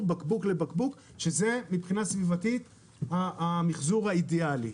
בקבוק לבקבוק שסביבתית זה המיחזור האידיאלי.